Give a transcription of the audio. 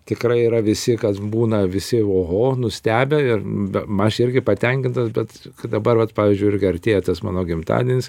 tikrai yra visi kas būna visi oho nustebę ir be aš irgi patenkintas bet dabar vat pavyzdžiui irgi artėja tas mano gimtadienis